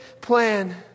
plan